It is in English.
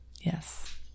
Yes